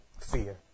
Fear